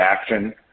action